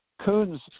coons